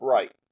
Right